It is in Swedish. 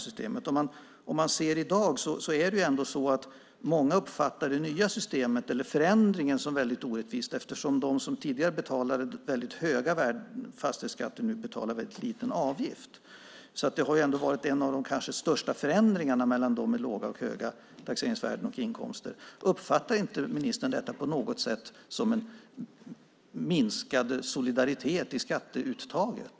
Om man ser till hur det är i dag uppfattar många det nya systemet, eller förändringen, som väldigt orättvist. De som tidigare betalade väldigt hög fastighetsskatt betalar nu väldigt liten avgift. Det har varit en av de kanske största förändringarna mellan dem med låga och höga taxeringsvärden och inkomster. Uppfattar inte ministern detta på något sätt som en minskad solidaritet i skatteuttaget?